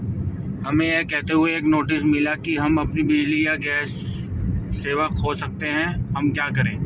हमें यह कहते हुए एक नोटिस मिला कि हम अपनी बिजली या गैस सेवा खो सकते हैं अब हम क्या करें?